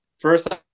first